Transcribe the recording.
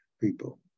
people